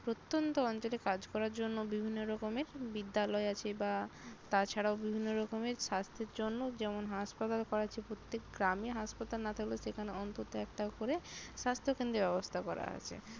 প্রত্যন্ত অঞ্চলে কাজ করার জন্য বিভিন্ন রকমের বিদ্যালয় আছে বা তাছাড়াও বিভিন্ন রকমের স্বাস্থ্যের জন্য যেমন হাসপাতাল করা আছে প্রত্যেক গ্রামে হাসপাতাল না থাকলেও সেখানে অন্তত একটা করে স্বাস্থ্য কেন্দ্রের ব্যবস্থা করা আছে